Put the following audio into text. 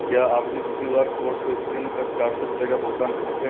क्या आप इस क्यू आर कोड को स्कैन कर चार सौ रुपये का भुगतान कर सकते हैं